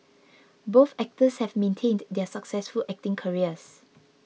both actors have maintained their successful acting careers